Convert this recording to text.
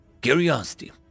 curiosity